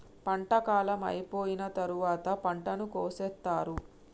పంట కాలం అయిపోయిన తరువాత పంటను కోసేత్తారు